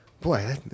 boy